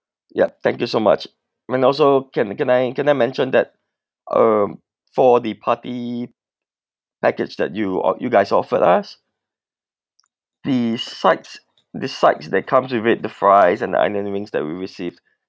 yup thank you so much and also can can I can I mention that um for the party package that you or you guys offered us the sides the sides that comes with it the fries and onion rings that we received